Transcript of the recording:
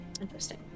Interesting